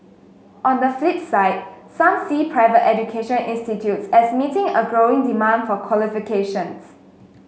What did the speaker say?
on the flip side some see private education institutes as meeting a growing demand for qualifications